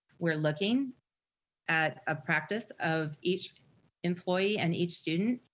we're looking at a practice of each employee and each student,